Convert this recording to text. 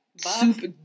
super